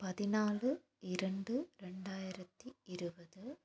பதினாலு இரண்டு ரெண்டாயிரத்து இருபது